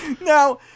Now